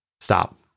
stop